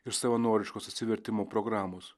ir savanoriškos atsivertimo programos